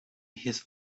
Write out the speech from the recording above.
his